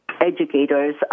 Educators